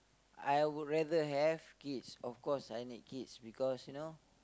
I would rather have kids of course I need kids because you know